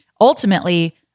Ultimately